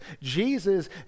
Jesus